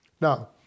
Now